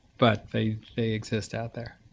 but they they exist out there